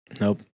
nope